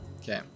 Okay